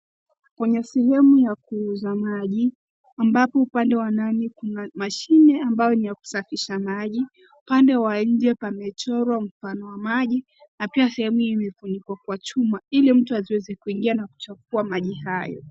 Kwenye sehemu ya kuuza maji ambapo upande wa ndani kuna mashine ambayo ni ya kusafisha maji. Pande wa nje pamechorwa mfano wa maji na pia sehemu imefunikwa kwa chuma ili mtu asiweze kuingia na kuchafua maji hayo.